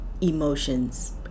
emotions